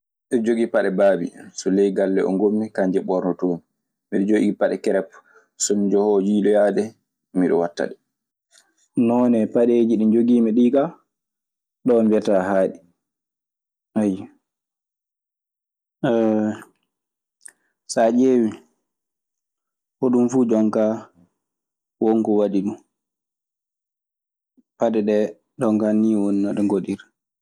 Miɗe jogii paɗe baabi so ley galle oo ngommi kanje ɓornotoomi. Miɗe jogii paɗe kereppu so mi johoowo yiiloyaade miɗe wattaɗe. Noone paɗeeji ɗi njogiimi ɗii kaa, ɗoo mbiyataa haaɗi. Saa ƴeewii hoɗun fuu jonkaa won ko waɗi ɗun. Paɗe ɗee jonkaa nii woni no ɗe ngodiri.